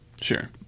sure